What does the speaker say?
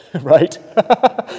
Right